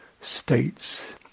states